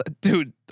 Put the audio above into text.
dude